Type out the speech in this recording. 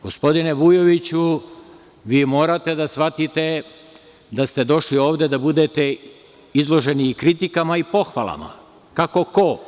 Gospodine Vujoviću, vi morate da shvatite da ste došli ovde da budete izloženi kritikama i pohvalama, kako ko.